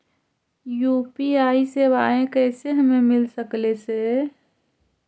UPI सेवाएं कैसे हमें मिल सकले से?